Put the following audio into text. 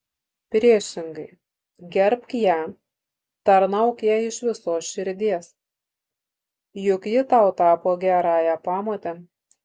priešingai gerbk ją tarnauk jai iš visos širdies juk ji tau tapo gerąja pamote